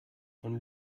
von